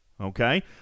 okay